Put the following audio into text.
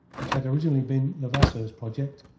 which had originally been levasseur's project,